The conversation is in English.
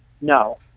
No